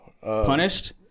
Punished